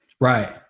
Right